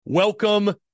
Welcome